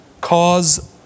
cause